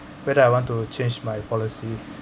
whether I want to change my policy